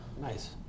Nice